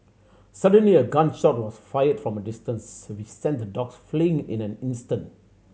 suddenly a gun shot was fired from a distance which sent the dogs fleeing in an instant